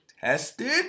tested